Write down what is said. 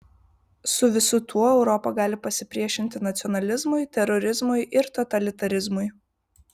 su visu tuo europa gali pasipriešinti nacionalizmui terorizmui ir totalitarizmui